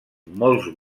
molts